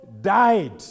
died